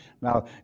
Now